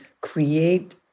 create